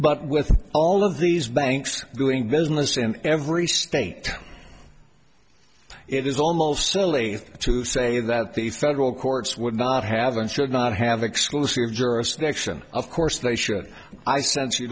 but with all of these banks doing business in every state it is almost silly to say that the federal courts would not have and should not have exclusive jurisdiction of course they should i sense you